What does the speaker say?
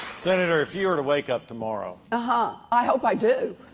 senator, if you were to wake up tomorrow. and i hope i do